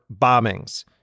bombings